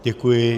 Děkuji.